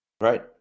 Right